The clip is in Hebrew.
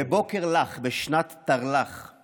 "בבוקר לח בשנת תרל"ח /